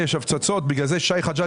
היועצת המשפטית, רוצה לענות?